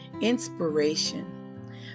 Inspiration